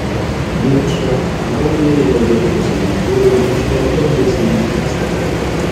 biekša naujajai energetikos agentūrai iškelti ambicingi tikslai